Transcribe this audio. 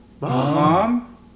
Mom